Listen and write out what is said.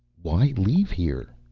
why leave here?